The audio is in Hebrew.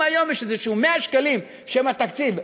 אם היום יש 100 שקלים שהם התקציב,